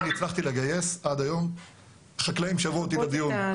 אני הצלחתי לגייס עד היום חקלאים שיבואו איתי לדיון,